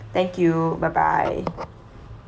thank you bye bye